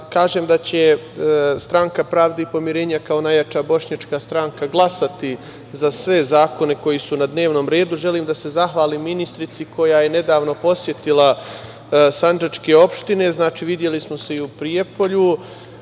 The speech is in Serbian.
kažem da će Stranka pravde i pomirenja, kao najjača bošnjačka stranka, glasati za sve zakone koji su na dnevnom redu. Želim da se zahvalim ministrici koja je nedavno posetila sandžačke opštine. Videli smo se i u Prijepolju.